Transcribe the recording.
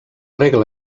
regla